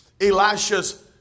Elisha's